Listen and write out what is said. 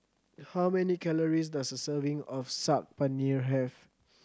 how many calories does a serving of Saag Paneer have